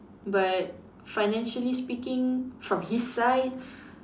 but financially speaking from his side